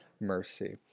mercy